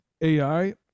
AI